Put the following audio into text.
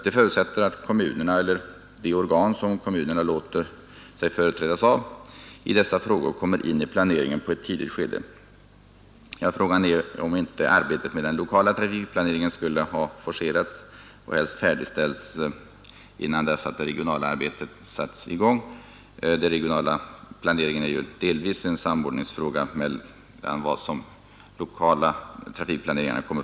Det förutsätter att kommunerna, eller de organ som kommunerna låter sig företrädas av i dessa frågor, kommer in i planeringen i ett tidigt skede. Ja, frågan är om inte arbetet med den lokala trafikplaneringen skulle ha forcerats och helst vara färdigställt innan det regionala arbetet satts i gång. Den regionala planeringen är ju delvis en samordningsfråga mellan de lokala planeringarna.